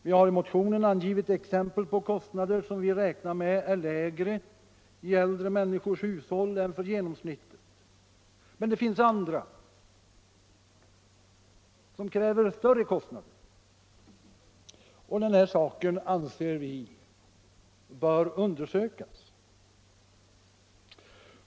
Vi har i motionen angivit exempel på kostnader som vi räknar med är lägre i äldre människors hushåll än för genomsnittet, men det finns annat som kräver större kostnader och det anser vi bör undersökas.